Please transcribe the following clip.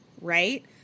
right